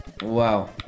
Wow